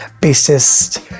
bassist